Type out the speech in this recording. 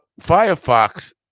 firefox